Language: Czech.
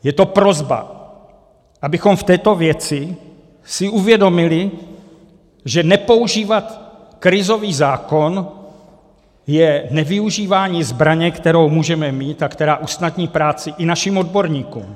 Je to prosba, abychom v této věci si uvědomili, že nepoužívat krizový zákon je nevyužívání zbraně, kterou můžeme mít a která usnadní práci i našim odborníkům.